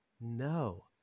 No